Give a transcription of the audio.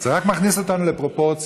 זה רק מכניס אותנו לפרופורציות.